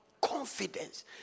confidence